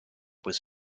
was